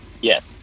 Yes